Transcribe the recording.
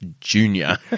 junior